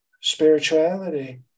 spirituality